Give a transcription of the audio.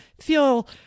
feel